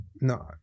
No